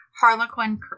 Harlequin